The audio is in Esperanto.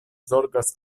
zorgas